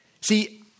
See